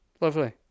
lovely